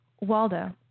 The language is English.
Waldo